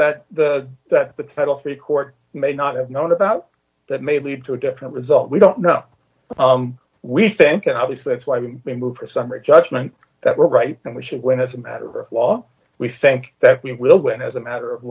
that the title three court may not have known about that may lead to a different result we don't know what we think and obviously that's why we move for summary judgment that we're right and we should win as a matter of law we think that we will win as a matter of